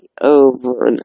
over